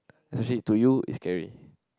especially to you it's scary